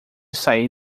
sair